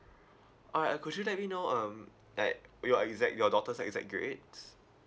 alright uh could you let me know um ex~ your exact your daughter's exact grades